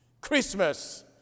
Christmas